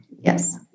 Yes